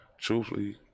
truthfully